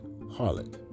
harlot